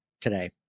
today